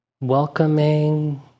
welcoming